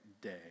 day